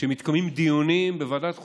כשמתקיימים דיונים בוועדת החוקה,